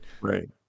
right